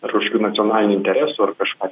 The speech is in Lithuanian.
rūšių nacionalinių interesų ar kažką